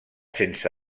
sense